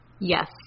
Yes